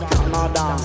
Canada